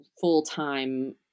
full-time